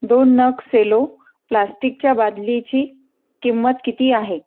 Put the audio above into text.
दोन नग सेलो प्लास्टिकच्या बादलीची किंमत किती आहे